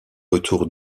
retour